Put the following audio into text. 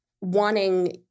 wanting